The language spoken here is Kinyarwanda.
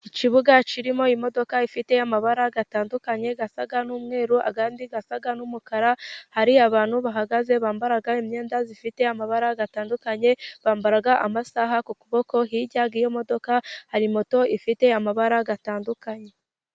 Ikibuga kirimo imodoka ifite y'amabara atandukanye asa n'umweru ,andi asa n'umukara, hari abantu bahagaze bambaye imyenda ifite amabara atandukanye, bambaye amasaha ku kuboko, hirya y' iyo modoka hari moto ifite amabara atandukanye .